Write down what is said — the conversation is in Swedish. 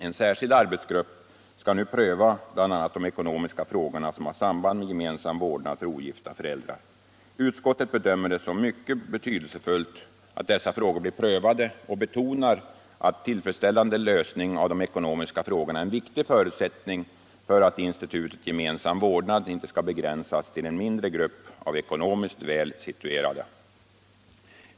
En särskild arbetsgrupp skall nu pröva bl.a. de ekonomiska frågor som har samband med gemensam vårdnad för ogifta föräldrar. Utskottet bedömer det som mycket betydelsefullt att dessa frågor blir prövade och betonar att tillfredsställande lösning av de ekonomiska problemen är en viktig förutsättning för att institutet gemensam vårdnad inte skall begränsas till en mindre grupp av ekonomiskt väl situerade.